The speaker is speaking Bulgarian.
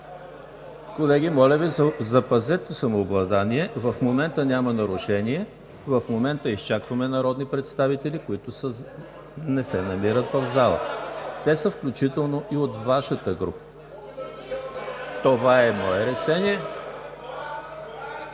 Колеги, моля Ви, запазете самообладание. В момента няма нарушение. В момента изчакваме народни представители, които не се намират в залата. Те са включително и от Вашата група. (Силен шум и реплики